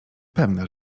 pewna